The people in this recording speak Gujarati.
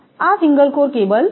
આ સિંગલ કોર કેબલ છે